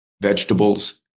vegetables